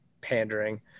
pandering